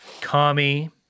Kami